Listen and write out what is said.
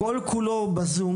שכל כולו בזום